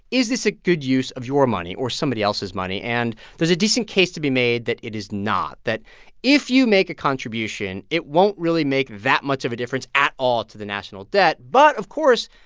is this a good use of your money or somebody else's money? and there's a decent case to be made that it is not, that if you make a contribution, it won't really make that much of a difference at all to the national debt. but, of course,